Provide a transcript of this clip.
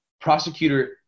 prosecutor